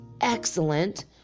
excellent